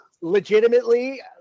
Legitimately